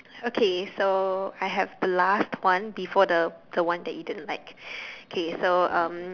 okay so I have the last one before the the one that you didn't like okay so um